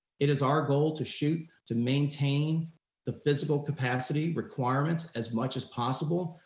it is our goal to shoot to maintain the physical capacity requirements as much as possible,